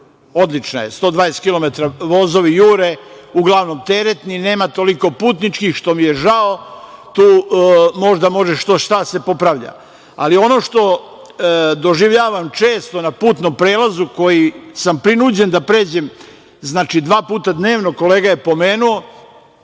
Odlična je, 120 kilometara vozovi jure, uglavnom teretni, nema toliko putničkih, što mi je žao. Tu možda može što šta da se popravlja, ali ono što doživljavam često na putnom prelazu, koji sam prinuđen da pređem dva puta dnevno, kolega je pomenuo,